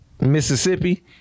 Mississippi